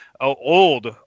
old